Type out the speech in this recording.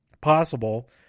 possible